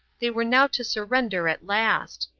they were now to surrender at last.